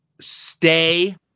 Stay